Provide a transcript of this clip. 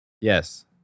Yes